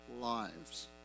lives